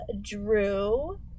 Drew